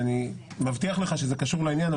ואני מבטיח לך שזה קשור לעניין,